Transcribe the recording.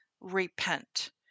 repent